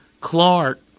clark